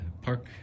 Park